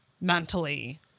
mentally